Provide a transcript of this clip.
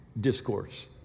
discourse